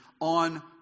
on